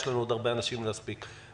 יש לנו עוד הרבה אנשים להספיק לשמוע.